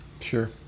Sure